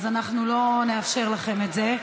אז אנחנו לא נאפשר לכם את זה.